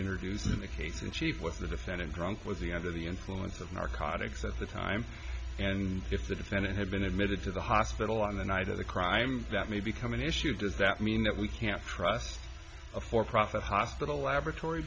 introduce in the case in chief with the defendant drunk with the under the influence of narcotics at the time and if the defendant had been admitted to the hospital on the night of the crime that may become an issue does that mean that we can't trust a for profit hospital laboratory